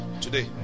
today